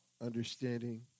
understanding